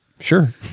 Sure